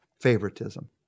favoritism